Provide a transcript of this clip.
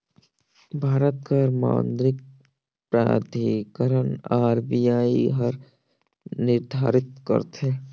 भारत कर मौद्रिक प्राधिकरन आर.बी.आई हर निरधारित करथे